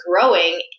growing